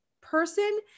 person